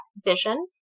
vision